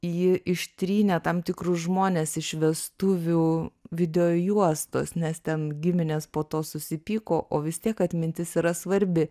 ji ištrynė tam tikrus žmones iš vestuvių video juostos nes ten giminės po to susipyko o vis tiek atmintis yra svarbi